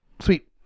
Sweet